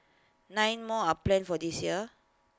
nine more are planned for this year